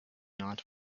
not